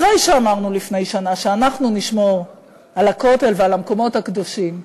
אחרי שאמרנו לפני שנה שאנחנו נשמור על הכותל ועל המקומות הקדושים.